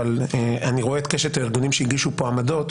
אבל אני רואה את קשת הארגונים שהגישו פה עמדות.